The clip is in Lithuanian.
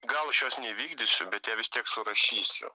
gal aš jos nevykdysiu bet vis tiek surašysiu